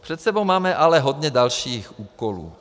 Před sebou máme ale hodně dalších úkolů.